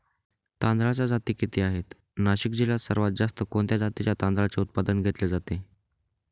तांदळाच्या जाती किती आहेत, नाशिक जिल्ह्यात सर्वात जास्त कोणत्या जातीच्या तांदळाचे उत्पादन घेतले जाते?